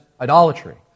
idolatry